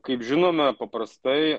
kaip žinome paprastai